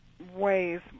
ways